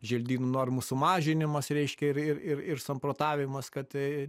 želdynų normų sumažinimas reiškia ir ir ir samprotavimas kad